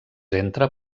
entra